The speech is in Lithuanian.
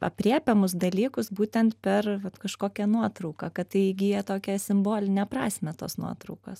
aprėpiamus dalykus būtent per kažkokią nuotrauką kad tai įgyja tokią simbolinę prasmę tos nuotraukos